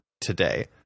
today